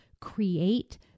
create